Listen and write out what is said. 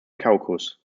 caucus